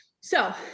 So-